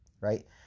right